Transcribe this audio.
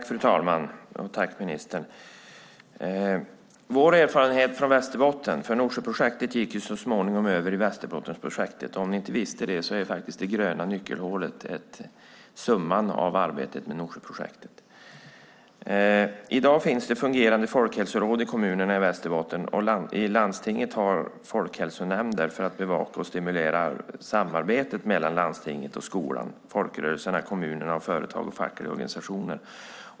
Fru talman! Norsjöprojektet gick så småningom över i Västerbottensprojektet. Det gröna nyckelhålet är för övrigt summan av arbetet med Norsjöprojektet. I dag finns det fungerande folkhälsoråd i kommunerna i Västerbotten, och landstinget har folkhälsonämnder för att bevaka och stimulera samarbetet mellan landstinget och skolan, folkrörelserna, kommunerna, företag och fackliga organisationer.